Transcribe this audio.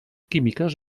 químiques